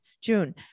June